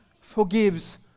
forgives